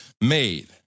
made